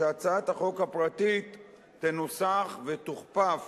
שהצעת החוק הפרטית תנוסח, ותוכפף